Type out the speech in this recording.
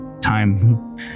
time